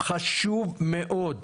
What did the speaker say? חשוב מאוד.